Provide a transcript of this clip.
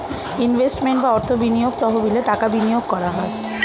investment বা অর্থ বিনিয়োগ তহবিলে টাকা বিনিয়োগ করা হয়